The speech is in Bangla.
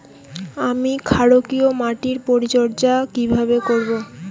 আমি ক্ষারকীয় মাটির পরিচর্যা কিভাবে করব?